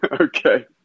Okay